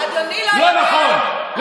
לא נכון.